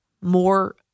more